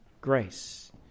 grace